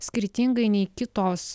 skirtingai nei kitos